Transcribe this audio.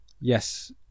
Yes